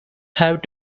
have